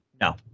No